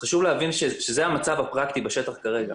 חשוב להבין שזה המצב הפרקטי בשטח כרגע.